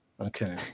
Okay